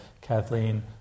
Kathleen